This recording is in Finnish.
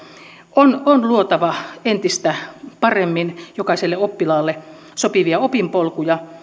on on luotava entistä paremmin jokaiselle oppilaalle sopivia opinpolkuja